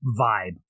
vibe